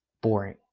boring